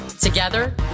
Together